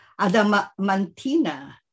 adamantina